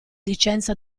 licenza